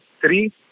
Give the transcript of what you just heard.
three